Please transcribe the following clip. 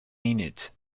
minute